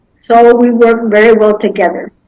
so ah we worked very well together.